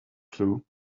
clue